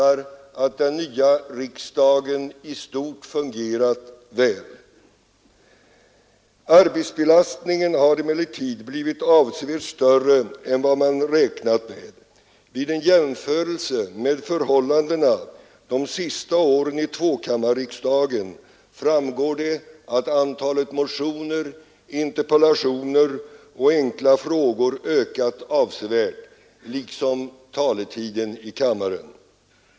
Arbetsbelastningen har emellertid blivit avsevärt större än man räknat med. Vid en jämförelse med förhållandena de sista åren i tvåkammarriksdagen framgår det att antalet motioner, interpellationer och enkla frågor ökat avsevärt liksom taletiden i kammaren.